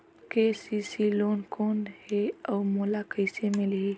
KCC loan कौन हे अउ मोला कइसे मिलही?